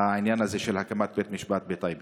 העניין הזה של הקמת בית משפט בטייבה?